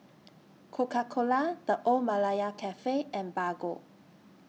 Coca Cola The Old Malaya Cafe and Bargo